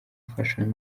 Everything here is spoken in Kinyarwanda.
fashion